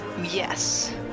yes